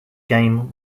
game